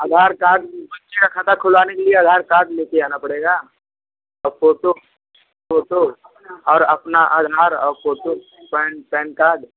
आधार card बच्चे का खाता खुलवाने के लिए आधार कार्ड ले के आना पड़ेगा और फ़ोटो फ़ोटो और अपना आधार और फ़ोटो पैन पैन कार्ड